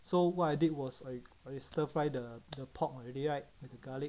so what I did was I I stir fry the the pork already right with the garlic